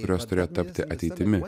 kurios turėjo tapti ateitimi